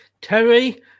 Terry